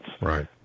Right